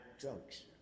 jokes